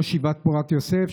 ראש ישיבת פורת יוסף,